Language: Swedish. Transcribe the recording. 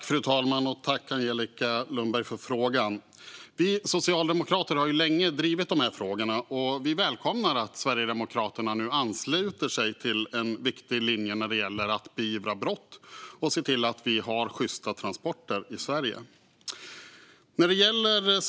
Fru talman! Tack, Angelica Lundberg, för frågan! Vi socialdemokrater har länge drivit dessa frågor, och vi välkomnar att Sverigedemokraterna ansluter sig till en viktig linje när det gäller att beivra brott och se till att det sker sjysta transporter i Sverige.